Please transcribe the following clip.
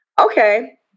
Okay